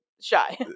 shy